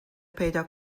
پیدا